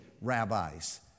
rabbis